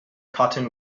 cotton